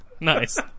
Nice